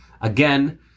Again